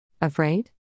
Afraid